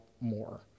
more